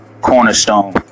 Cornerstone